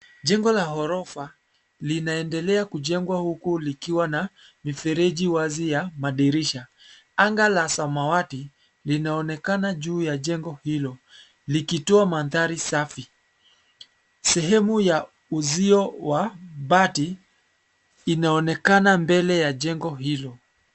Jengo la ghorofa linaendelea kujengwa huku likiwa na mifereji wazi ya madirisha. Anga la samawati linaonekana juu ya jengo hilo, likitoa mandhari safi. Sehemu ya uzio wa bati imeonekana mbele ya jengo hilo.